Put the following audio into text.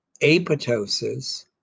apoptosis